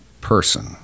person